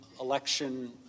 election